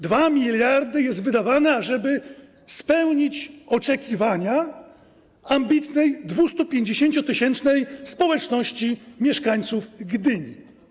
2 mld jest wydawane, ażeby spełnić oczekiwania ambitnej, 250-tysięcznej społeczności mieszkańców Gdyni.